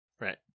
Right